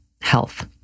health